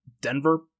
Denver